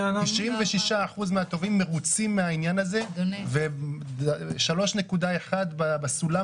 96% מהתובעים מרוצים מהעניין הזה ו-3.1 בסולם